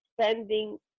spending